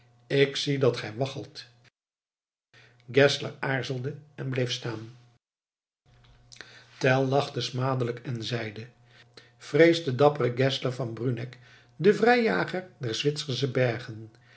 ik zie dat gij waggelt geszler aarzelde en bleef staan tell lachte smadelijk en zeide vreest de dappere geszler van bruneck den vrijjager der zwitsersche bergen